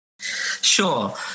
Sure